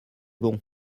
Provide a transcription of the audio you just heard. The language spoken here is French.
bon